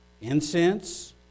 incense